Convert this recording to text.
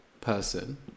person